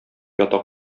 ята